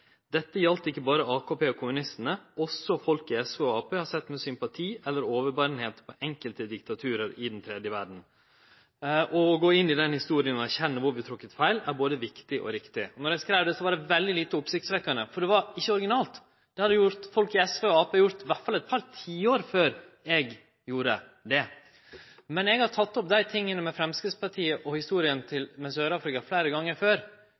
dette århundret har hatt et uklart og tidvis svikefullt forhold til demokratiet»». Og vidare: «Dette gjaldt ikke bare AKP og kommunistene. Også folk i SV og AP har sett med sympati eller overbærenhet på enkelte diktaturer i den tredje verden. Å gå inn i den historien og erkjenne hvor vi tråkket feil er både viktig og riktig.» Då eg skreiv dette, var det veldig lite oppsiktsvekkjande, for det var ikkje originalt. Dette hadde folk i SV og Arbeidarpartiet gjort i alle fall eit par tiår før eg gjorde det. Men eg har teke opp desse tinga og historia